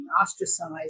ostracized